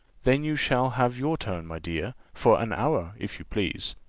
then you shall have your turn, my dear, for an hour, if you please.